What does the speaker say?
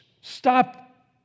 Stop